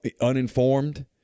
uninformed